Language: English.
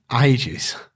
ages